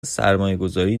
سرمایهگذاری